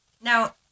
Now